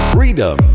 Freedom